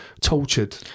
tortured